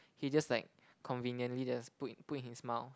he just like conveniently just put in put in his mouth